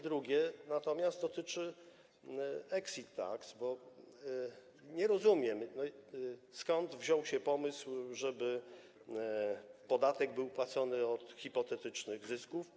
Drugie natomiast dotyczy exit tax, bo nie rozumiem, skąd wziął się pomysł, żeby podatek był płacony od hipotetycznych zysków.